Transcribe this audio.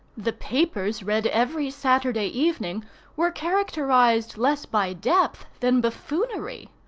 the papers read every saturday evening were characterized less by depth than buffoonery.